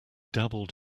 dabbled